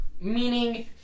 meaning